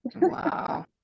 Wow